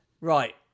Right